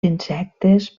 insectes